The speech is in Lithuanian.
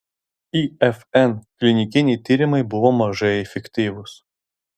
ifn klinikiniai tyrimai buvo mažai efektyvūs